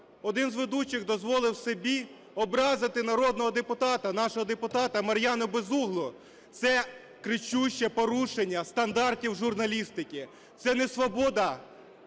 один з ведучих дозволив собі образити народного депутата, нашого депутата Мар'яну Безуглу. Це кричуще порушення стандартів журналістики, це не свобода